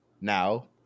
Now